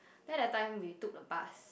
then that time we took the bus